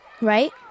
right